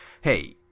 hey